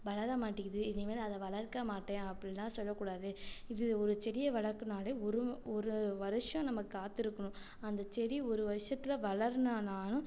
வளர மாட்டேங்குது இனிமேல் அதை வளர்க்க மாட்டேன் அப்படிலாம் சொல்லக்கூடாது இது ஒரு செடியை வளர்க்கணுனாலே ஒரு ஒரு வருஷம் நம்ம காத்திருக்கணும் அந்தச் செடி ஒரு வருஷத்தில் வளரலனாலும்